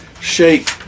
shake